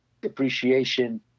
depreciation